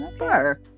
okay